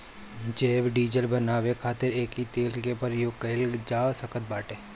जैव डीजल बानवे खातिर एकरी तेल के प्रयोग कइल जा सकत बाटे